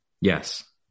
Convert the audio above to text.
Yes